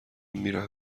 میرم